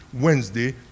Wednesday